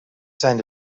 zijn